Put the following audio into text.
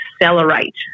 accelerate